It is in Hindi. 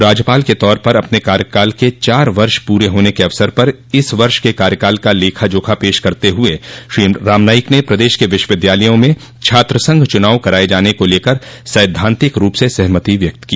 राज्यपाल के तौर पर अपने कार्यकाल के चार वर्ष पूरे होने के अवसर पर इस वर्ष के कार्यकाल का लेखा जोखा पेश करत हुए श्री रामनाईक ने प्रदेश के विश्वविद्यालयों में छात्र संघ चूनाव कराये जाने को लेकर सैद्धांतिक रूप से सहमति व्यक्त की